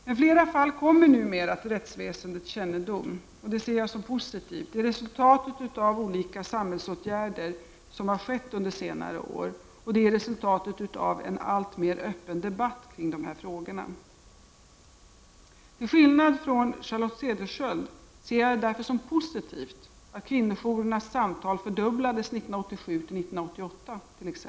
Men fler fall kommer numera till rättsväsendets kännedom, och det ser jag som positivt. Detta är ett resultat av de olika samhällsåtgärder som vidtagits under senare år, och det är resultatet av en alltmer öppen debatt kring dessa frågor. Till skillnad från Charlotte Cederschiöld ser jag det därför som positivt att t.ex. antalet samtal till kvinnojourerna fördubblades 1987-1988.